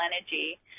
energy